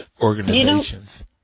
organizations